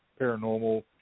Paranormal